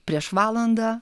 prieš valandą